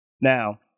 Now